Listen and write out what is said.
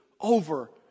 over